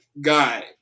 Guy